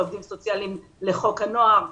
לעובדים סוציאליים לחוק הנוער,